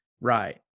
Right